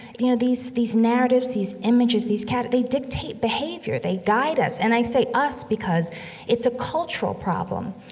you know, these these narratives, these images, these kind of they dictate behavior. they guide us. and i say us because it's a cultural problem.